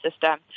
system